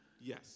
Yes